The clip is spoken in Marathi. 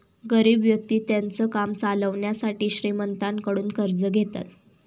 गरीब व्यक्ति त्यांचं काम चालवण्यासाठी श्रीमंतांकडून कर्ज घेतात